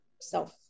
self